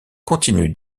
continue